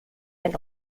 and